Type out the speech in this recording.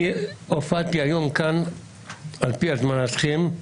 אני הופעתי היום כאן על פי הזמנתכם,